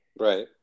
Right